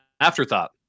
afterthought